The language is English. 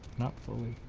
not fully.